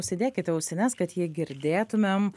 užsidėkite ausines kad jį girdėtumėm